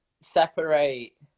separate